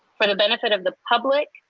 for the benefit of the public,